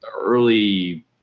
early